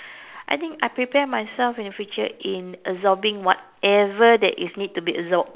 I think I prepare myself in future in absorbing whatever that is need to be absorbed